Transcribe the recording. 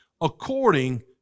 according